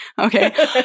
okay